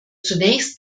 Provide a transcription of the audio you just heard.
zunächst